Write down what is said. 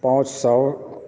पांँच सए